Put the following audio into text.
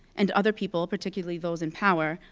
and other people, particularly those in power,